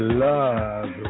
love